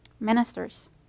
Ministers